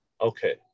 Okay